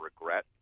regret